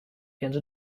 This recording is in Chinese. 编制